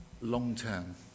long-term